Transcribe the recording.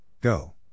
go